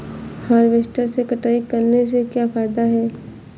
Harvester से कटाई करने से क्या फायदा है?